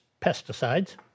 pesticides